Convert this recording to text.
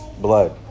blood